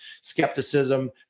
skepticism